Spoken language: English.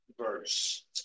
verse